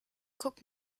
guck